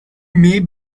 may